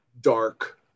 dark